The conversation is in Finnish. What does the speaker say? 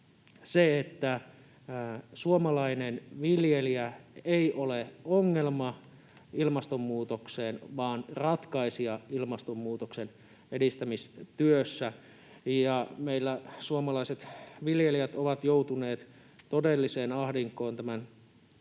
se, että suomalainen viljelijä ei ole ongelma ilmastonmuutoksessa vaan ratkaisija ilmastonmuutostyössä. Meillä suomalaiset viljelijät ovat joutuneet todelliseen ahdinkoon